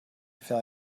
feel